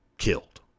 killed